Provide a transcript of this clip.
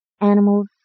animals